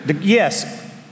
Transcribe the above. Yes